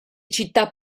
città